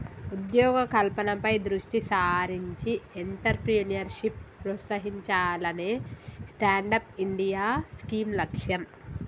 ఉద్యోగ కల్పనపై దృష్టి సారించి ఎంట్రప్రెన్యూర్షిప్ ప్రోత్సహించాలనే స్టాండప్ ఇండియా స్కీమ్ లక్ష్యం